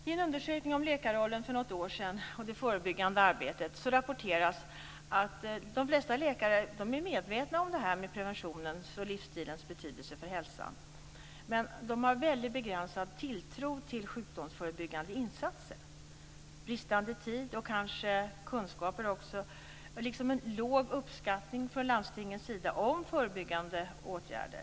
I en undersökning om läkarrollen och det förebyggande arbetet för något år sedan rapporterades att de flesta läkare är medvetna om preventionens och livsstilens betydelse för hälsan men att de har väldigt begränsad tilltro till sjukdomsförebyggande insatser. Som skäl anges bristande tid och kanske också kunskaper liksom en låg uppskattning från landstingens sida av förebyggande åtgärder.